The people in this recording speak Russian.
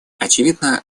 очевидно